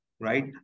right